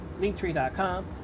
Linktree.com